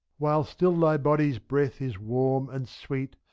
while still thy body's breath is warm and sweet,